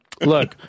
look